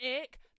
ick